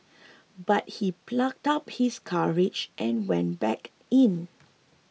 but he plucked up his courage and went back in